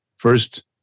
first